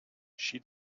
she